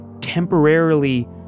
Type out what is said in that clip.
Temporarily